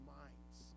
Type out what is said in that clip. minds